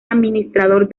administrador